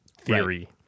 theory